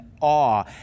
awe